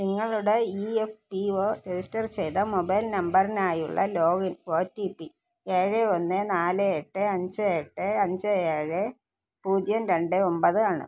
നിങ്ങളുടെ E F P O register ചെയ്ത mobile നമ്പറിനായുള്ള ലോഗിൻ ഒ ടി പി ഏഴ് ഒന്ന് നാല് എട്ട് അഞ്ച് എട്ട് അഞ്ച് ഏഴ് പൂജ്യം രണ്ട് ഒന്പത് ആണ്